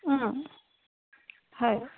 অ হয়